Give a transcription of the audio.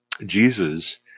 Jesus